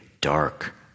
dark